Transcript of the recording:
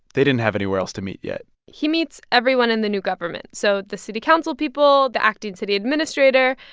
they didn't have anywhere else to meet yet he meets everyone in the new government, so the city council people, the acting city administrator.